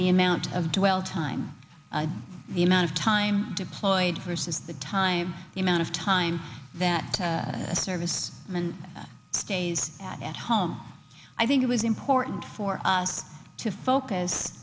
the amount of dwell time the amount of time deployed versus the time the amount of time that the service and stays at home i think it was important for us to focus